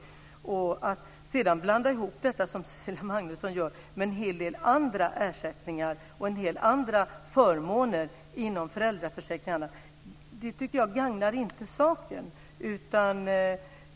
Att Cecilia Magnusson blandar ihop detta med en hel del andra ersättningar och en hel del andra förmåner inom föräldraförsäkring och annat tycker jag inte gagnar saken.